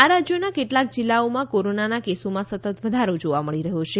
આ રાજ્યોના કેટલાક જીલ્લાઓમાં કોરોનાના કેસોમાં સતત વધારો જોવા મળી રહ્યો છે